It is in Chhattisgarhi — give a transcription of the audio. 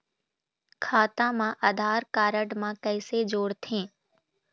खाता मा आधार कारड मा कैसे जोड़थे?